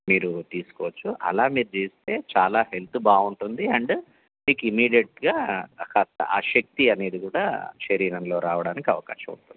మీరు తీసుకోవచ్చు అలా మీరు చేస్తే చాలా హెల్త్ బావుంటుంది అండ్ మీకు ఇమీడియట్గా కాస్త ఆ శక్తి అనేది గూడా శరీరంలో రావడానికి అవకాశం ఉంటుంది